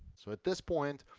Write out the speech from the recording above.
so at this point,